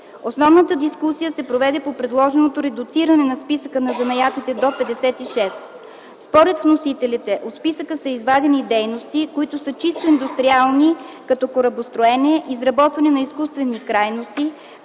Основната дискусия се проведе по предложеното редуциране на списъка на занаятите до 56. Според вносителите от списъка са извадени дейности, които са чисто индустриални дейности, като корабостроене, изработване на изкуствени крайници;